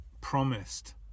promised